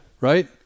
Right